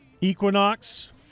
Equinox